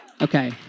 Okay